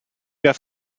wer